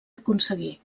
aconseguir